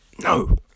no